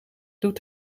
doet